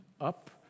up